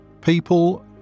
People